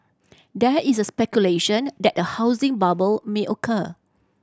there is a speculation that a housing bubble may occur